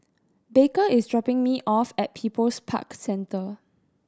Baker is dropping me off at People's Park Center